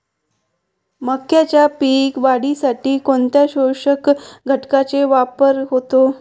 मक्याच्या पीक वाढीसाठी कोणत्या पोषक घटकांचे वापर होतो?